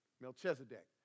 Melchizedek